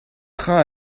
train